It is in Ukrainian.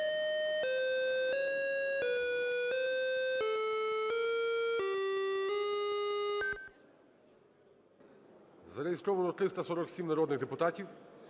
Зареєстровано 347 народних депутатів.